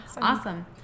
Awesome